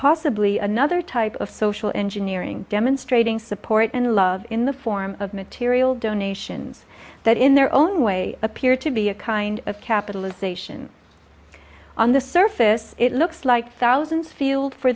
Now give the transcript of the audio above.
possibly another type of social engineering demonstrating support and love in the form of material donations that in their own way appear to be a kind of capitalizations on the surface it looks like thousands field for